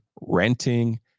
renting